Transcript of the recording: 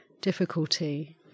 difficulty